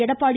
Edappadi